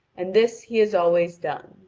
and this he has always done.